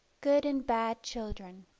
good and bad children